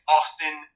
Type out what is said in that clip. Austin